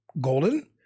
Golden